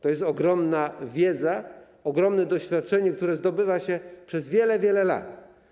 To jest ogromna wiedza, ogromne doświadczenie, które zdobywa się przez wiele, wiele lat.